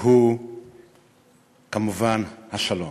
הוא כמובן השלום.